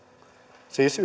siis